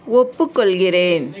ஒப்புக்கொள்கிறேன்